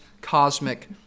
cosmic